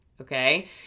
okay